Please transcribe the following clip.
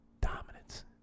Dominance